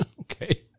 Okay